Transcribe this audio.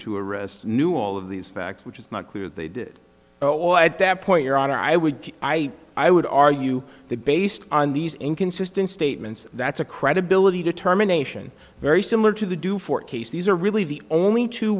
to arrest knew all of these facts which is not clear that they did or at that point your honor i would i i would argue that based on these inconsistent statements that's a credibility determination very similar to the do for case these are really the only two